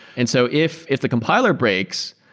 and so if if the compiler breaks,